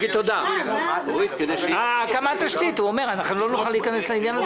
ועדת איתור התכנסה.